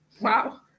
Wow